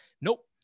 Nope